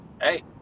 Hey